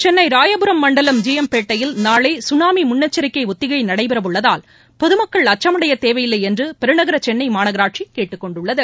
சென்னை இராயபுரம் மண்டலம் ஜிளம் பேட்டையில் நாளை சுனாமி முன்னெச்சரிக்கை ஒத்திகை நடைபெற உள்ளதால் பொது மக்கள் அச்சம் அடைய தேவையில்லை என்று பெருநகர சென்னை மாநகராட்சி கேட்டுக்கொண்டுள்ளது